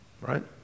right